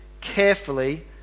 carefully